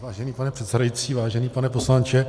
Vážený pane předsedající, vážený pane poslanče.